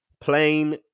plain